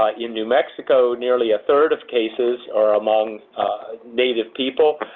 ah in new mexico, nearly a third of cases are among native people,